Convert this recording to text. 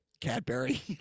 Cadbury